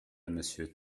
monsieur